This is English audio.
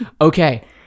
okay